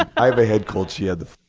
i have a head cold. she had the